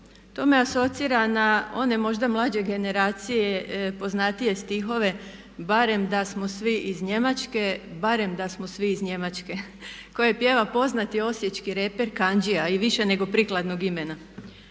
To me asocira na one možda mlađe generacije poznatije stihove barem da smo svi iz Njemačke, barem da smo svi iz Njemačke koje pjeva poznati osječki reper Kandžija i više nego prikladnog imena.